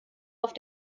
auf